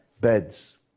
beds